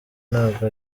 ntabwo